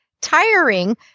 tiring